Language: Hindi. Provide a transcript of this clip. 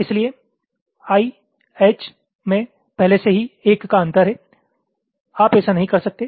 इसलिए I H मे पहले से ही 1 का अंतर है आप ऐसा नहीं कर सकते